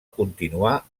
continuar